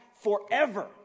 forever